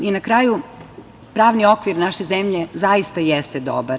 Na kraju pravni okvir naše zemlje zaista jeste dobar.